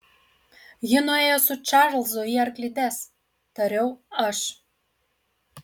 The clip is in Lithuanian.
ji nuėjo su čarlzu į arklides tariau aš